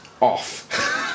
off